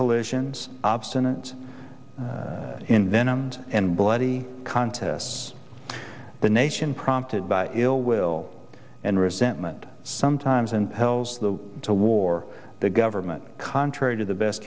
collisions obstinant in then and and bloody contests the nation prompted by ill will and resentment sometimes in perils the to war the government contrary to the best